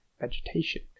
vegetation